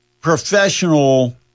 professional